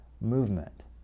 movement